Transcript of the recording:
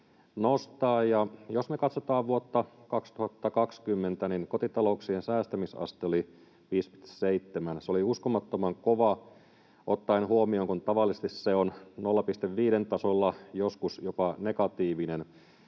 jos me katsomme vuotta 2020, niin kotitalouksien säästämisaste oli 5,7 — se oli uskomattoman kova ottaen huomioon, että tavallisesti se on 0,5:n tasolla, joskus jopa negatiivinen.